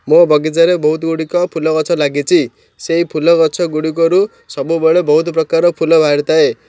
ମୋ ବଗିଚାରେ ବହୁତ ଗୁଡ଼ିକ ଫୁଲ ଗଛ ଲାଗିଛି ସେଇ ଫୁଲ ଗଛ ଗୁଡ଼ିକରୁ ସବୁବେଳେ ବହୁତ ପ୍ରକାର ଫୁଲ ବାହାରିଥାଏ